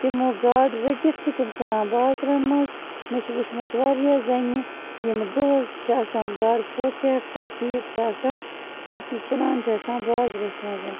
تِمو گاڈٕ رٔٹِتھ چھِ تِم کٕنان بازرَن منٛز مےٚ چھےٚ وٕچھمَژٕ واریاہ زَنہِ یِمہٕ دۄہس چھِ آسان گاڈٕ پھوٚتھ ہٮ۪تھ تہٕ بِہِتھ چھِ آسان تٔتی کٕنان چھےٚ آسان بازرَس منٛز